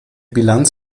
bilanz